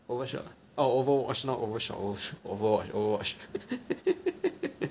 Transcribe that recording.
overshot oh Overwatch not overshot Overwatch Overwatch